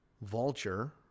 Vulture